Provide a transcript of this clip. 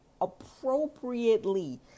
appropriately